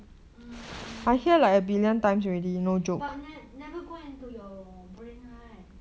um but never go into your brain right